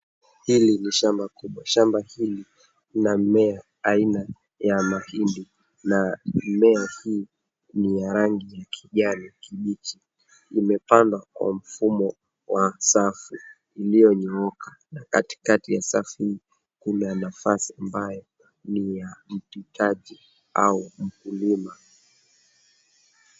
Hili ni shamba kubwa. Shamba hili lina mmea aina ya mahindi na mimea hii ni ya rangi ya kijani kibichi. Imepandwa kwa mfumo wa safu iliyonyooka na katikati ya safu hii kuna nafasi ambayo ni ya mpitaji au mkulima.